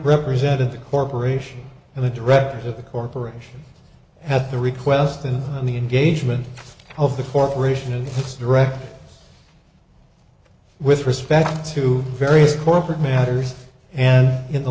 represented the corporation and the directors of the corporation at the request of the engagement of the corporation and its director with respect to various corporate matters and in the